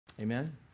Amen